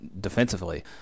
defensively